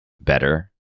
better